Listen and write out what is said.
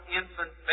infant